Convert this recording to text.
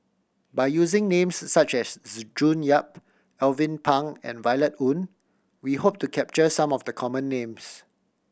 by using names such as June Yap Alvin Pang and Violet Oon we hope to capture some of the common names